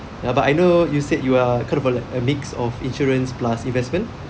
ya but I know you said you are kind of like a mix of insurance plus investment